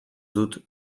dut